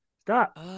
stop